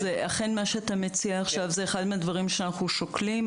אכן מה שאתה מציע עכשיו זה אחד מהדברים שאנחנו שוקלים.